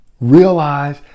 realize